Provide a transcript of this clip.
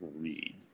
read